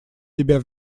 тебя